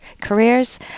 careers